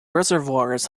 reservoirs